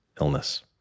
illness